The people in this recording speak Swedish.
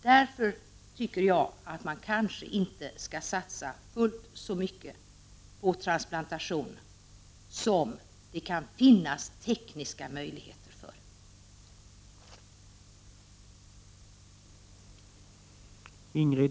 Därför tycker jag att man kanske inte skall satsa fullt så mycket på transplantationer, även om det kan finnas tekniska möjligheter för detta.